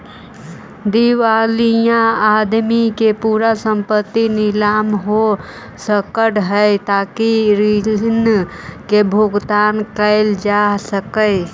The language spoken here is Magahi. दिवालिया आदमी के पूरा संपत्ति नीलाम हो सकऽ हई ताकि ऋण के भुगतान कैल जा सकई